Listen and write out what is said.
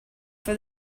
for